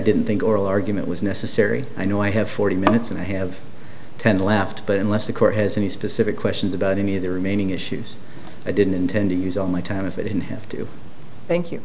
didn't think oral argument was necessary i know i have forty minutes and i have ten left but unless the court has any specific questions about any of the remaining issues i didn't intend to use all my time of it in here to thank you